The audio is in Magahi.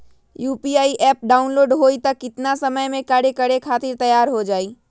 यू.पी.आई एप्प डाउनलोड होई त कितना समय मे कार्य करे खातीर तैयार हो जाई?